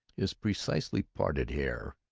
his precisely parted hair,